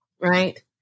right